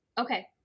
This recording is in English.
Okay